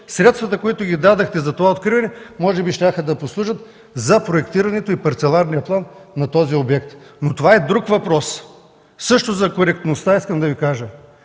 средствата, които дадохте за това откриване, може би щяха да послужат за проектирането и парцеларния план на този обект. Но това е друг въпрос. Също за коректността искам да Ви кажа.